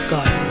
God